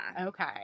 Okay